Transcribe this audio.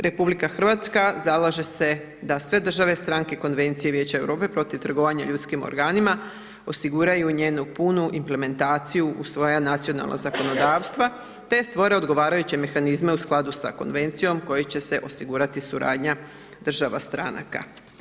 RH zalaže se da sve države stranke Konvencije Vijeća Europe protiv trgovanja ljudskim organima osiguraju njenu punu implementaciju u svoja nacionalna zakonodavstva te stvore odgovarajuće mehanizme u skladu sa konvencijom kojim će se osigurati suradnja država stranaka.